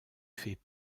fait